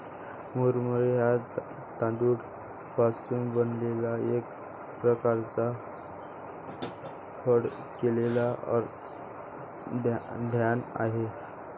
मुरमुरे हा तांदूळ पासून बनलेला एक प्रकारचा पफ केलेला धान्य आहे